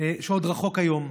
שעוד רחוק היום.